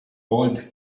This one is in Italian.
old